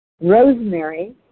rosemary